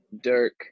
Dirk